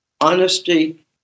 honesty